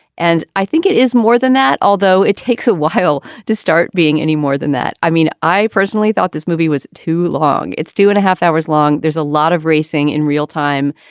and i think it is more than that, although it takes a while to start being any more than that. i mean, i personally thought this movie was too long. it's two and a half hours long. there's a lot of racing in real time.